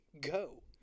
go